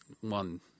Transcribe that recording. one